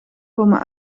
komen